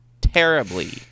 terribly